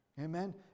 Amen